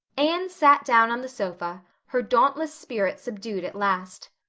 anne sat down on the sofa, her dauntless spirit subdued at last.